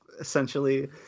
essentially